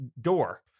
door